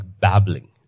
babbling